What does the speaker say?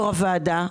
יו"ר הוועדה,